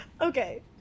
Okay